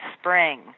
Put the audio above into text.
Spring